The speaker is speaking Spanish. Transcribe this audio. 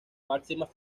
máximas